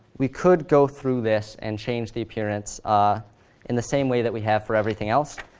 we could go through this and change the appearance ah in the same way that we have for everything else.